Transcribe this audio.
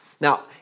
Now